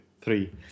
three